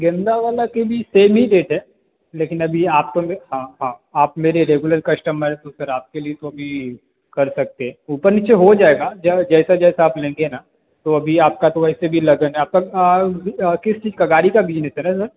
गेंदे वाले के भी सेम ही रेट है लेकिन अभी आप तो हाँ हाँ आप मेरे रेगुलर कश्टमर हैं तो सर आपके लिए तो अभी कर सकते हैं ऊपर नीचे हो जाएगा जैसा जैसा आप लेंगे ना तो अभी आपका तो वैसे भी लगन है आप किस चीज़ का गाड़ी का बिजनेस लार रहें सर